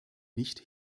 nicht